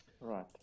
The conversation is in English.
right